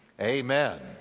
Amen